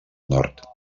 nord